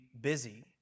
busy